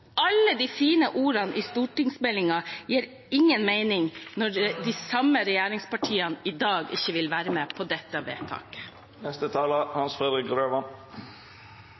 Alle de fine ordene i stortingsmeldingen gir ingen mening når de samme regjeringspartiene i dag ikke vil være med på dette vedtaket.